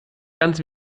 ganz